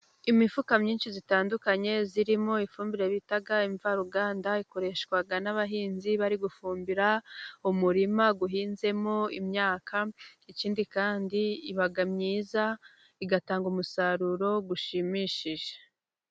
Imifuka myinshi itandukanye irimo ifumbire bita imvaruganda, ikoreshwa n'abahinzi bari gufumbira umurima uhinzemo imyaka. Ikindi kandi iba myiza igatanga umusaruro ushimishije.